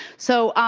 so